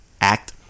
act